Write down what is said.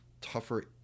tougher